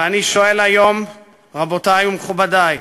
ואני שואל היום, רבותי ומכובדי,